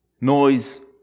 noise